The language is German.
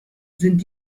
sind